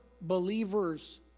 believers